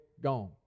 gone